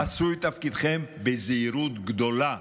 עשו את תפקידכם בזהירות גדולה.